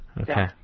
Okay